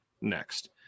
next